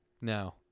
No